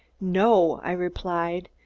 no, i replied.